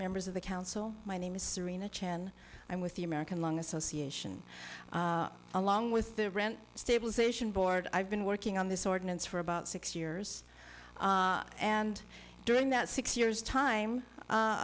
members of the council my name is serena chan i'm with the american lung association along with the rent stabilization board i've been working on this ordinance for about six years and during that six years time